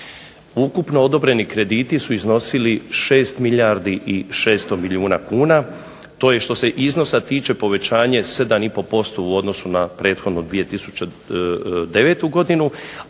Ukupno odobreni krediti su iznosili 6 milijardi 600 milijuna kuna. To je što se iznosa tiče 7,5% u odnosu na prethodnu 2009. godinu,